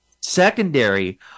secondary